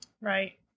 Right